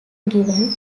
given